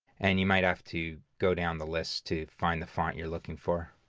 and you might have to go down the list to find the font you're looking for.